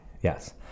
Yes